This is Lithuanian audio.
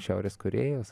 šiaurės korėjos